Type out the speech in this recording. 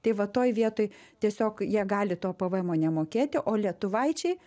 tai va toj vietoj tiesiog jie gali to pvmo nemokėti o lietuvaičiai